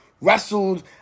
Wrestled